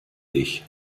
ich